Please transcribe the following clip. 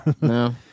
no